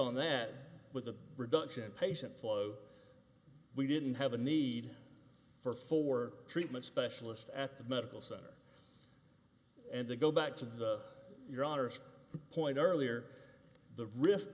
on that with the reduction patient flow we didn't have a need for for treatment specialist at the medical center and to go back to your honor's point earlier the risk